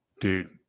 dude